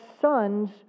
sons